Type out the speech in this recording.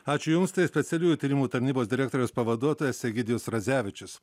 ačiū jums tai specialiųjų tyrimų tarnybos direktoriaus pavaduotojas egidijus radzevičius